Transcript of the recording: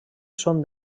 són